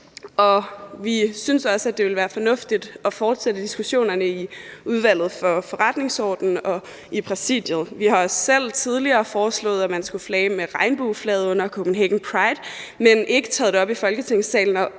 vi synes, at det ville være fornuftigt at fortsætte diskussionerne i Udvalget for Forretningsordenen og i Præsidiet. Vi har også selv tidligere foreslået, at man skulle flage med regnbueflaget under Copenhagen Pride, men ikke taget det op i Folketingssalen.